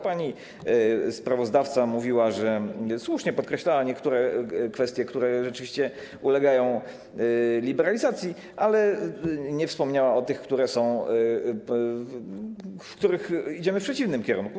Pani sprawozdawca mówiła, słusznie podkreślała niektóre kwestie, które rzeczywiście ulegają liberalizacji, ale nie wspomniała o tych, w których idziemy w przeciwnym kierunku.